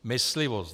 Myslivost.